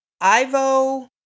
Ivo